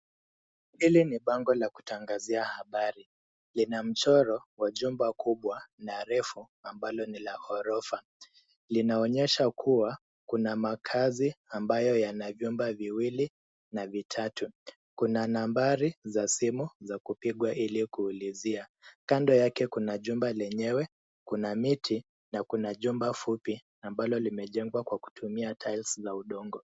Hili ni bango la kutangazia habari. Lina mchoro wa jumba kubwa na refu ambalo ni la ghorofa. Linaonyesha kuwa kuna makazi ambayo yana vyumba viwili na vitatu. Kuna nambari za simu za kupigwa ili kuulizia. Kando yake kuna jumba lenyewe, kuna miti na kuna jumba fupi ambalo limejengwa kwa kutumia tiles za udongo.